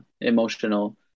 emotional